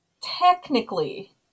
technically